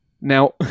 Now